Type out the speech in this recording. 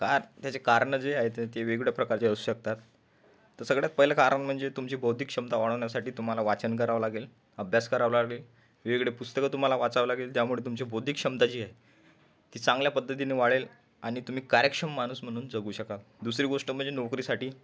काय त्याची कारणं जी आहे वेगळ्या प्रकारची असू शकतात तर सगळ्यात पहिलं कारण म्हणजे तुमची बौद्धिक क्षमता वाढवण्यासाठी तुम्हाला वाचन करावं लागेल अभ्यास करावं लागेल वेगळे पुस्तकं तुम्हाला वाचावं लागेल त्यामुळे तुमची बौद्धिक क्षमता जी आहे ती चांगल्या पद्धतीने वाढेल आणि तुम्ही कार्यक्षम माणूस म्हणून जगू शकाल दुसरी गोष्ट म्हणजे नोकरीसाठी